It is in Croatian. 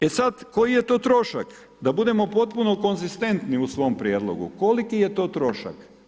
E sad koji je to trošak, da budemo potpuno konzistentni u svom prijedlogu, koliki je to trošak?